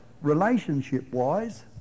relationship-wise